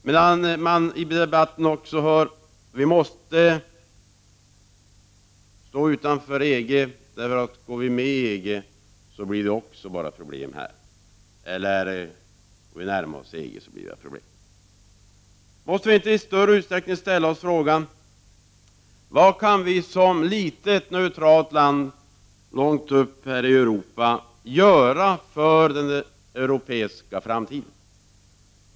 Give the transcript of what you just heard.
Ibland hör man också att vi måste stå utanför EG, för om vi går med i EG eller om vi närmar oss EG blir det bara problem här hemma. Måste vi inte i större utsträckning ställa oss frågan: Vad kan vi som ett litet neutralt land långt uppe i Europa göra för den europeiska framtiden?